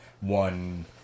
one